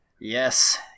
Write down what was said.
Yes